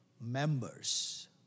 members